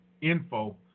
info